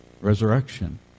resurrection